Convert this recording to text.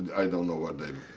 i don't know what they